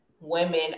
women